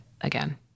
again